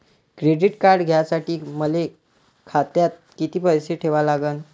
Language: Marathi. क्रेडिट कार्ड घ्यासाठी मले खात्यात किती पैसे ठेवा लागन?